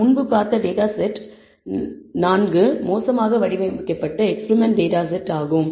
நாம் முன்பு பார்த்த டேட்டா செட் 4 மோசமாக வடிவமைக்கப்பட்ட எக்பெரிமெண்ட் டேட்டா செட் ஆகும்